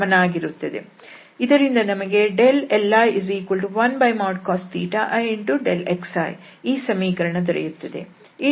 ಇದರಿಂದ ನಮಗೆ li1cos i xi ಈ ಸಮೀಕರಣ ದೊರೆಯುತ್ತದೆ